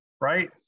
right